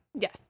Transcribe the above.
Yes